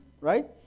right